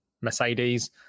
mercedes